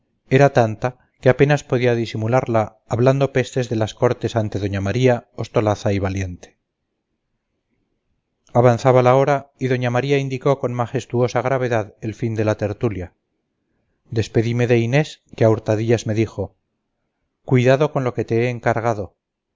era tanta que apenas podía disimularla hablando pestes de las cortes ante doña maría ostolaza y valiente avanzaba la hora y doña maría indicó con majestuosa gravedad el fin de la tertulia despedime de inés que a hurtadillas me dijo cuidado con lo que te he encargado